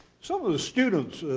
some of the students,